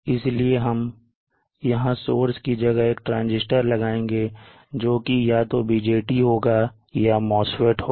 इसलिए हम यहां सोर्स की जगह एक ट्रांजिस्टर लगाएंगे जोकि या तो BJT होगा या MOSFET होगा